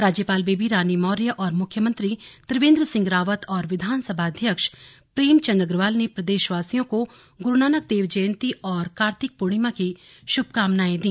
राज्यपाल बेबी रानी मौर्य और मुख्यमंत्री त्रिवेंद्र सिंह रावत और विधानसभा अध्यक्ष प्रेमचंद अग्रवाल ने प्रदेशवासियों को गुरुनानक देव जयंती और कार्तिक पूर्णिमा की शुभकामनाएं दी